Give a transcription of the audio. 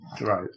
Right